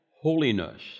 holiness